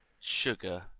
Sugar